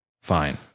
Fine